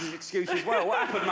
excuse as well.